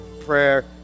prayer